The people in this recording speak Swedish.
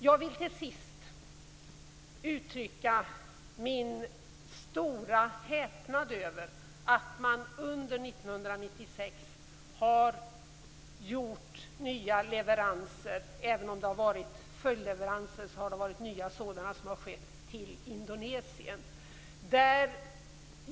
Jag vill till sist uttrycka min stora häpnad över att man under 1996 har sänt nya leveranser till Indonesien. Även om det har varit följdleveranser har det varit nya sådana som har skett.